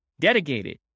dedicated